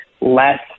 less